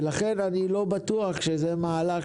לכן אני לא בטוח שזה מהלך